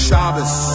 Shabbos